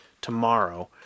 tomorrow